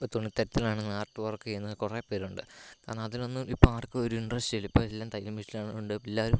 ഇപ്പോൾ തുണിത്തരത്തിലാണെങ്കിലും art work ചെയ്യുന്ന കുറേ പേരുണ്ട് കാരണം അതിനൊന്നും ഇപ്പോൾ ആർക്കും ഒരു ഇൻ്ററസ്റ്റ് ഇല്ല ഇപ്പം എല്ലാം തയ്യിൽ മിഷിൻ ഉണ്ട് എല്ലാവരും